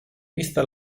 vista